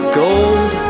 gold